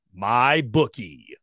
MyBookie